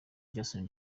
jason